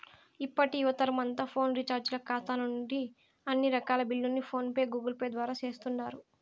ఇప్పటి యువతరమంతా ఫోను రీచార్జీల కాతా నుంచి అన్ని రకాల బిల్లుల్ని ఫోన్ పే, గూగుల్పేల ద్వారా సేస్తుండారు